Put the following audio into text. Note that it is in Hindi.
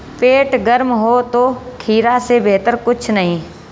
पेट गर्म हो तो खीरा से बेहतर कुछ नहीं